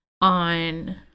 on